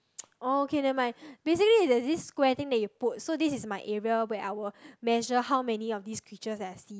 oh okay never mind basically there's thing square thing that you put so this is my area where I will measure how many of these creatures that I see